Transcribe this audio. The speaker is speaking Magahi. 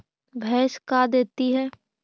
भैंस का देती है?